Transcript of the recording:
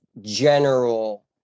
general